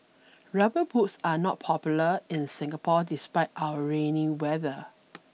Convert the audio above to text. rubber boots are not popular in Singapore despite our rainy weather